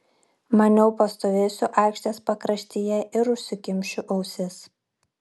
maniau pastovėsiu aikštės pakraštyje ir užsikimšiu ausis